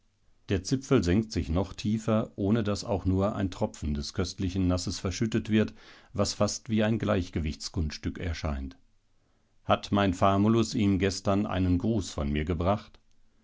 der zipfel senkt sich noch tiefer ohne daß auch nur ein tropfen des köstlichen nasses verschüttet wird was fast wie ein gleichgewichtskunststück erscheint hat mein famulus ihm gestern einen gruß von mir gebracht